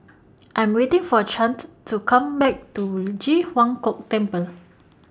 I Am waiting For Chante to Come Back to Ji Huang Kok Temple